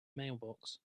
mailbox